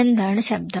എന്താണ് ശബ്ദം